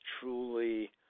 truly